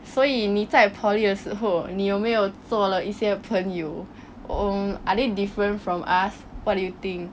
所以你在 poly 的时候你有没有做了一些朋友 um are they different from us what do you think